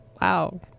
wow